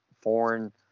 foreign